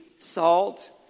Salt